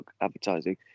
advertising